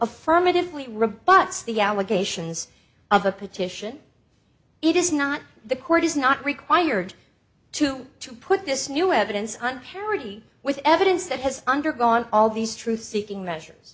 affirmatively rebuts the allegations of the petition it is not the court is not required to to put this new evidence on parity with evidence that has undergone all these truth seeking measures